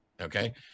Okay